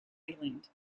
island